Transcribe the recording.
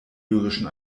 lyrischen